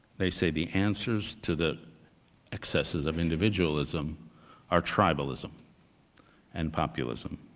they say the answers to the excesses of individualism are tribalism and populism,